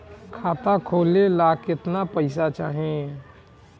खाता खोले ला केतना पइसा लागी?